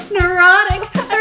neurotic